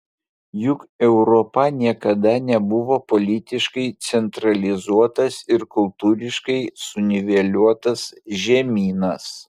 juk europa niekada nebuvo politiškai centralizuotas ir kultūriškai suniveliuotas žemynas